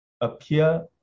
appear